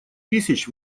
тысяч